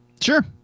sure